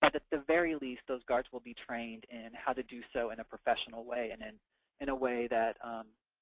but at the very least, those guards will be trained in how to do so in a professional way, and in in a way that